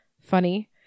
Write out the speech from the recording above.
funny